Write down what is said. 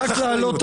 חתיכת חולה גזע.